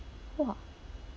!wah!